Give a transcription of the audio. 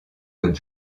que